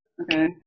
Okay